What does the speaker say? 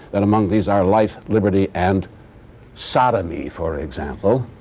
that among these are life, liberty, and sodomy, for example,